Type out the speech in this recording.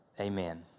amen